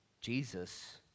Jesus